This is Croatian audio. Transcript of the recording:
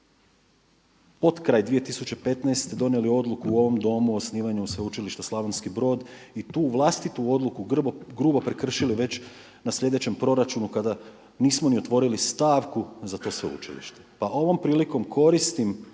potkraj 2015. donijeli odluku u ovom Domu o osnivanju Sveučilišta Slavonski Brod i tu vlastitu odluku grubo prekršili već na sljedećem proračunu kada nismo ni otvorili stavku za to sveučilište. Pa ovom prilikom koristim